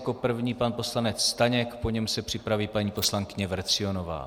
Jako první pan poslanec Staněk, po něm se připraví paní poslankyně Vrecionová.